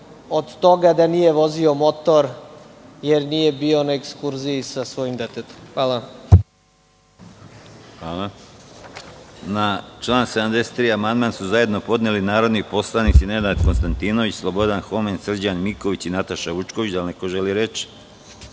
od toga da nije vozio motor, jer nije bio na ekskurziji sa svojim detetom. Hvala. **Konstantin Arsenović** Hvala. Na član 73. amandman su zajedno podneli narodni poslanici Nenad Konstantinović, Slobodan Homen, Srđan Miković i Nataša Vučković. Da li neko želi reč?